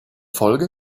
folge